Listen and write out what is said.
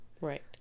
Right